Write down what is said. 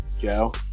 Joe